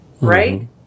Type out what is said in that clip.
right